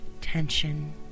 tension